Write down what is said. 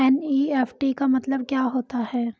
NEFT का मतलब क्या होता है?